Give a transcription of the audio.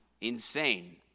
insane